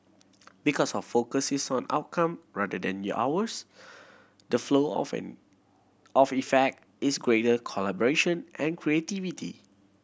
because of focus is on outcome rather than your hours the flow of effect is greater collaboration and creativity